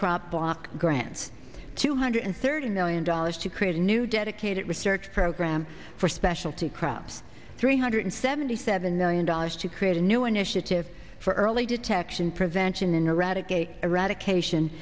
crop block grants two hundred thirty million dollars to create a new dedicated research program for specialty crops three hundred seventy seven million dollars to create a new initiative for early detection prevention the neurotic eradication